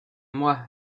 moi